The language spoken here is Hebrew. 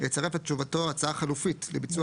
יצרף לתשובתו הצעה חלופית לביצוע